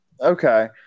okay